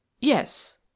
yes